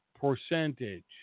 percentage